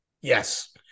Yes